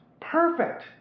Perfect